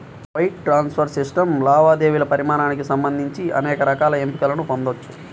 wire transfer system లావాదేవీల పరిమాణానికి సంబంధించి అనేక రకాల ఎంపికలను పొందొచ్చు